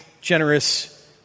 generous